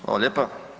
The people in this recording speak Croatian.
Hvala lijepa.